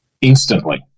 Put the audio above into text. instantly